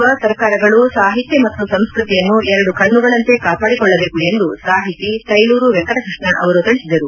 ಆಡಳಿತದಲ್ಲಿರುವ ಸರ್ಕಾರಗಳು ಸಾಹಿತ್ಯ ಮತ್ತು ಸಂಸ್ಟತಿಯನ್ನು ಎರಡು ಕಣ್ಣುಗಳಂತೆ ಕಾಪಾಡಿಕೊಳ್ಳಬೇಕು ಎಂದು ಸಾಹಿತಿ ತೈಲೂರು ವೆಂಕಟಕೃಷ್ಣ ಅವರು ತಿಳಿಸಿದರು